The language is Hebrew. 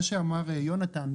מה שאמר יונתן,